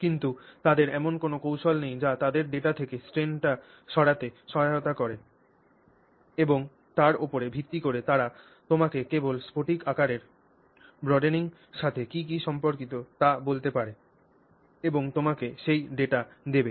কিন্তু তাদের এমন কোনও কৌশল নেই যা তাদের ডেটা থেকে স্ট্রেনটি সরাতে সহায়তা করে এবং তার ওপরে ভিত্তি করে তারা তোমাকে কেবল স্ফটিক আকারের সম্প্রসারণের সাথে কি কি সম্পর্কিত তা বলতে পারে এবং তোমাকে সেই ডেটা দেবে